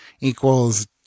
equals